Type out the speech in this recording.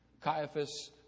Caiaphas